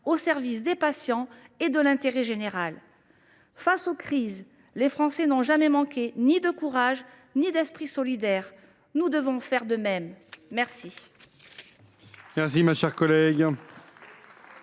au service des patients et de l’intérêt général. Face aux crises, les Français n’ont jamais manqué ni de courage ni d’esprit solidaire. Nous devons faire de même !